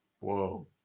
Whoa